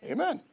Amen